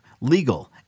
legal